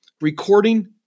recording